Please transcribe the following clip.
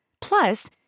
Plus